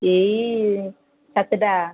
ଏଇ ସାତଟା